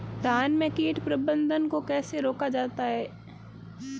धान में कीट प्रबंधन को कैसे रोका जाता है?